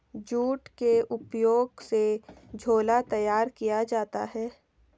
jute के उपयोग से झोला तैयार किया जाता है